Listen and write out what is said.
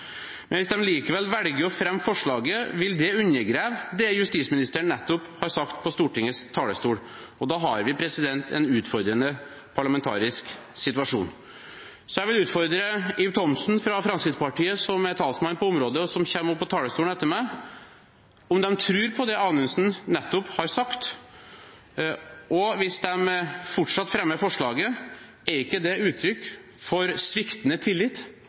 Men hvis de likevel velger å fremme forslaget, vil det undergrave det justisministeren nettopp har sagt på Stortingets talerstol. Da har vi en utfordrende parlamentarisk situasjon. Jeg vil utfordre Ib Thomsen fra Fremskrittspartiet, som er talsmann på området, og som kommer opp på talerstolen etter meg, om de tror på det statsråd Anundsen nettopp har sagt. Og hvis de fortsatt fremmer forslaget: Er ikke det uttrykk for sviktende tillit